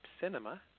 cinema